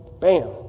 Bam